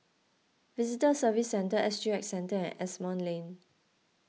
Visitor Services Centre S G X Centre and Asimont Lane